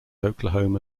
oklahoma